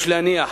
יש להניח